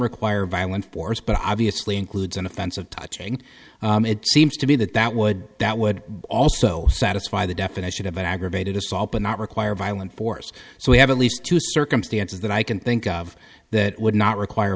require violent force but obviously includes an offense of touching it seems to me that that would that would also satisfy the definition of aggravated assault but not require violent force so we have at least two circumstances that i can think of that would not require a